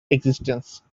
existence